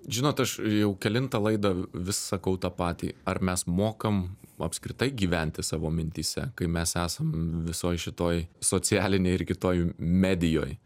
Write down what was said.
žinot aš jau kelintą laidą vis sakau tą patį ar mes mokam apskritai gyventi savo mintyse kai mes esam visoj šitoj socialinėj ir kitoj medijoj